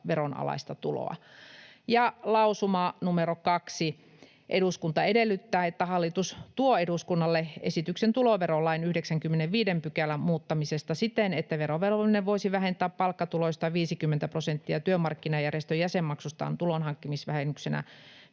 veronalaista tuloa.” Lausuma numero 2: ”Eduskunta edellyttää, että hallitus tuo eduskunnalle esityksen tuloverolain 95 §:n muuttamisesta siten, että verovelvollinen voisi vähentää palkkatuloistaan 50 prosenttia työmarkkinajärjestön jäsenmaksustaan tulonhankkimisvähennyksenä